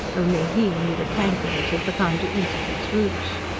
only he knew the canker that had begun to eat at its roots.